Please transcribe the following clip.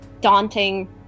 daunting